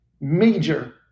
major